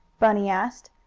bunny asked,